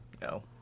No